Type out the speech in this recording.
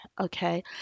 okay